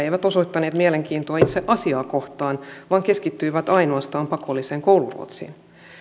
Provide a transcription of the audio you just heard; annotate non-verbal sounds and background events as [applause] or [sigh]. [unintelligible] eivät osoittaneet mielenkiintoa itse asiaa kohtaan vaan keskittyivät ainoastaan pakolliseen kouluruotsiin